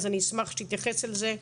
אז אני אשמח שתתייחס לזה.